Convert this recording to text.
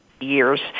years